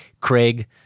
Craig